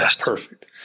Perfect